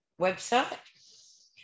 website